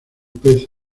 pez